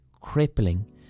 crippling